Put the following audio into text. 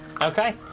Okay